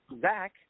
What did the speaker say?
Zach